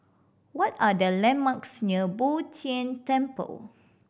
what are the landmarks near Bo Tien Temple